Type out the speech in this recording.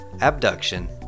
Abduction